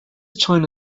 china